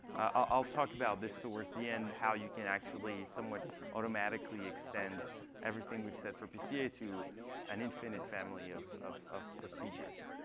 i'll talk about this towards the end, how you can actually somewhat automatically extend everything we've said for pca to an infinite family of of procedures.